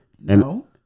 No